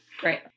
Great